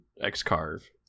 x-carve